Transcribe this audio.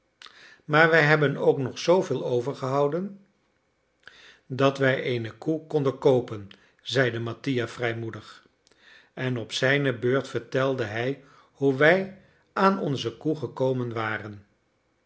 maar wij hebben ook nog zooveel overgehouden dat wij eene koe konden koopen zeide mattia vrijmoedig en op zijne beurt vertelde hij hoe wij aan onze koe gekomen waren